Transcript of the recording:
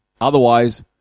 Otherwise